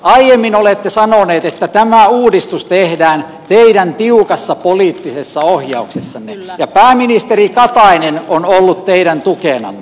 aiemmin olette sanoneet että tämä uudistus tehdään teidän tiukassa poliittisessa ohjauksessanne ja pääministeri katainen on ollut teidän tukenanne